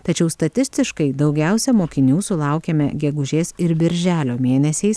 tačiau statistiškai daugiausia mokinių sulaukiame gegužės ir birželio mėnesiais